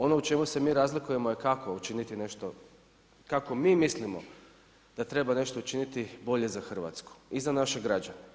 Ono u čemu se mi razlikujemo je kako učiniti nešto, kako mi mislimo da treba nešto učiniti bolje za Hrvatsku i za naše građane.